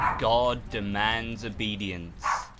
god demands obedience.